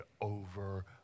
over